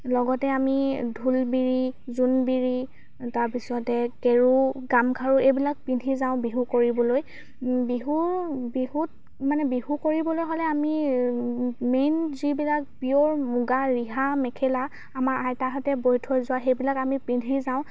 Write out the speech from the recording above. লগতে আমি ঢোলবিৰি জোনবিৰি তাৰপিছতে কেৰু গামখাৰু এইবিলাক পিন্ধি যাওঁ বিহু কৰিবলৈ বিহু বিহুত মানে বিহু কৰিবলৈ হ'লে আমি মেইন যিবিলাক পিয়ৰ মুগা ৰিহা মেখেলা আমাৰ আইতাহঁতে বৈ থৈ যোৱা সেইবিলাক আমি পিন্ধি যাওঁ